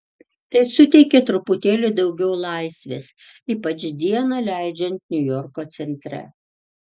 tai suteikia truputėlį daugiau laisvės ypač dieną leidžiant niujorko centre